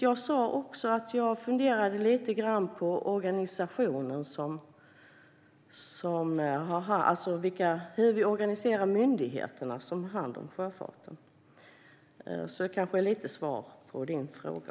Jag sa också att jag funderar lite grann på hur vi organiserar myndigheterna som har hand om sjöfarten. Det kanske också är lite av ett svar på din fråga.